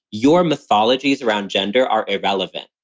your mythologies around gender are irrelevant.